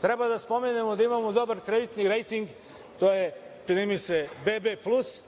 Treba da spomenemo da imamo dobar kreditni rejting. To je, čini mi se, BB+.